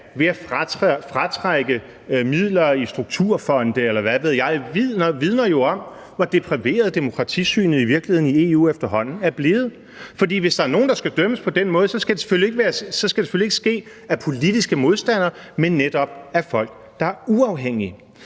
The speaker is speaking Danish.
ved at fratrække midler i strukturfondene, eller hvad ved jeg, vidner jo om, hvor depraveret demokratisynet i virkeligheden i EU efterhånden er blevet, for hvis der er nogen, der skal dømmes på den måde, skal det selvfølgelig ikke ske af politiske modstandere, men netop af folk, der er uafhængige.